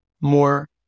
more